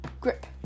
Grip